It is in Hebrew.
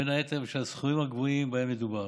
בין היתר בשל הסכומים הגבוהים שבהם מדובר.